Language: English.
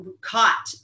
caught